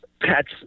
Pets